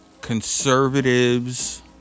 conservatives